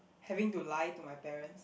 having to lie to my parents